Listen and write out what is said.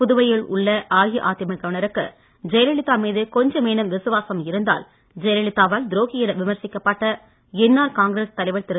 புதுவையில் உள்ள அஇஅதிமுக வினருக்கு ஜெயலலிதா மீது கொஞ்சமேனும் விசுவாசம் இருந்தால் ஜெயலலிதா வால் துரோகி என விமர்சிக்கப்பட்ட என்ஆர் காங்கிரஸ் தலைவர் திரு